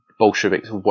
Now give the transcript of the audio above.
Bolsheviks